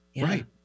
Right